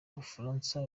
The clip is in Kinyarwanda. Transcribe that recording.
bufaransa